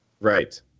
Right